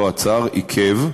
לא עצר, עיכב,